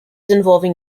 involving